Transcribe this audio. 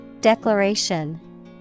Declaration